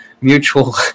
mutual